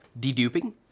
deduping